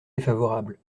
défavorable